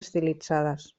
estilitzades